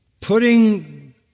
putting